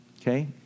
Okay